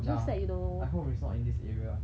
ya I hope it's not in this area